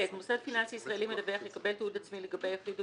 מוסד פיננסי ישראלי מדווח יקבל תיעוד עצמי לגבי יחיד או